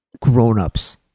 grown-ups